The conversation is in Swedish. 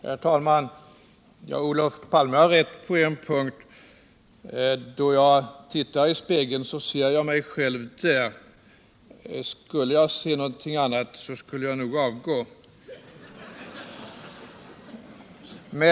Herr talman! Olof Palme har rätt på en punkt. Då jag tittar i spegeln ser jag mig själv. Skulle jag se något annat, skulle jag nog avgå.